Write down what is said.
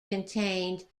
contained